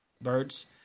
birds